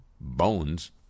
bones